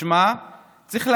צריך להבין,